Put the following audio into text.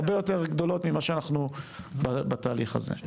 הרבה יותר גדולות ממה שאנחנו בתהליך הזה.